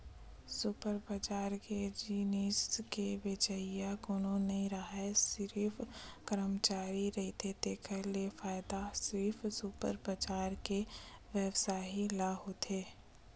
super बजार म जिनिस के बेचइया कोनो नइ राहय सिरिफ करमचारी रहिथे तेखर ले फायदा सिरिफ सुपर बजार के बेवसायी ल होथे